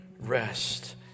rest